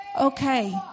Okay